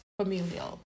familial